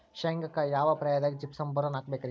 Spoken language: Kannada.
ಶೇಂಗಾಕ್ಕ ಯಾವ ಪ್ರಾಯದಾಗ ಜಿಪ್ಸಂ ಬೋರಾನ್ ಹಾಕಬೇಕ ರಿ?